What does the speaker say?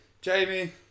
Jamie